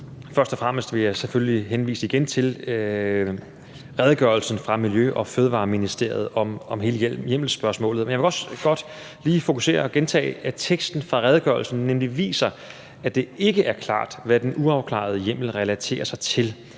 Først og fremmest vil jeg selvfølgelig igen henvise til redegørelsen fra Miljø- og Fødevareministeriet om hele hjemmelsspørgsmålet. Men jeg vil også godt lige fokusere på og gentage, at teksten fra redegørelsen viser, at det ikke er klart, hvad den uafklarede hjemmel relaterer sig til.